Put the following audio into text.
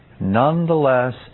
nonetheless